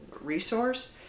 resource